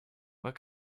what